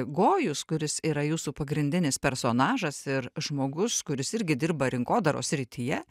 gojus kuris yra jūsų pagrindinis personažas ir žmogus kuris irgi dirba rinkodaros srityje